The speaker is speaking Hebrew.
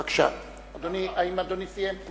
בבקשה, האם אדוני סיים?